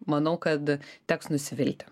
manau kad teks nusivilti